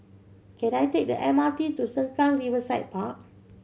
can I take the M R T to Sengkang Riverside Park